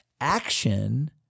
action